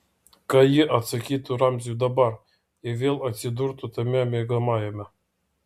ką ji atsakytų ramziui dabar jei vėl atsidurtų tame miegamajame